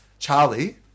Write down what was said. Charlie